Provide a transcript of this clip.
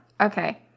okay